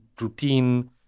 routine